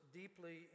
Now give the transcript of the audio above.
deeply